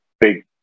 big